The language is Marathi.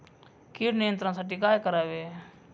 कीड नियंत्रणासाठी काय करावे?